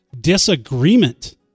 disagreement